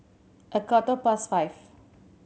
a quarter past five